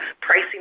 pricing